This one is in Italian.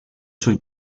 sui